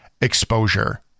exposure